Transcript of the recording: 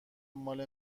مال